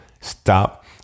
stop